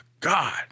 God